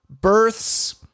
births